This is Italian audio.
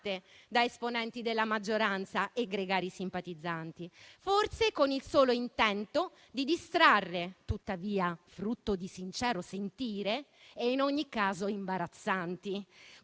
da esponenti della maggioranza e gregari simpatizzanti, forse con il solo intento di distrarre, tuttavia frutto di sincero sentire, e in ogni caso imbarazzanti.